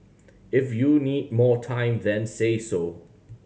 if you need more time then say so